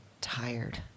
tired